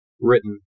written